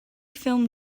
filmed